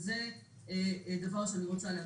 זה דבר שאני רוצה להדגיש.